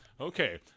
okay